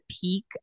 peak